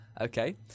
Okay